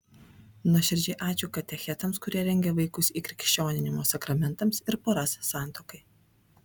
nuoširdžiai ačiū katechetams kurie rengia vaikus įkrikščioninimo sakramentams ir poras santuokai